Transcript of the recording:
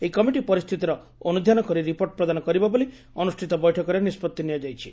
ଏହି କମିଟି ପରିସ୍ଥିତିର ଅନୁଧ୍ୟାନ କରି ରିପୋର୍ଟ ପ୍ରଦାନ କରିବ ବୋଲି ଅନୁଷ୍ଟିତ ବୈଠକରେ ନିଷ୍ବତ୍ତି ନିଆଯାଇଛି